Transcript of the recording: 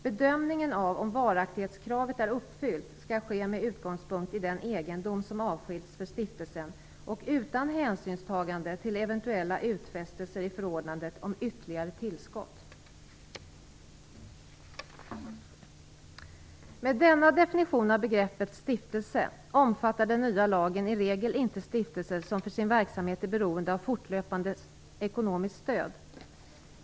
Bedömningen av om varaktighetskravet är uppfyllt skall ske med utgångspunkt i den egendom som avskilts för stiftelsen och utan hänsynstagande till eventuella utfästelser i förordnandet om ytterligare tillskott. Med denna definition av begreppet stiftelse omfattar den nya lagen i regel inte stiftelser som för sin verksamhet är beroende av fortlöpande ekonomiskt stöd.